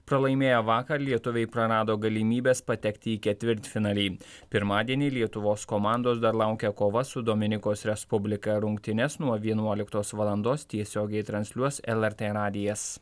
pralaimėję vakar lietuviai prarado galimybes patekti į ketvirtfinalį pirmadienį lietuvos komandos dar laukia kova su dominikos respublika rungtynes nuo vienuoliktos valandos tiesiogiai transliuos lrt radijas